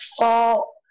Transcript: fall